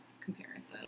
comparison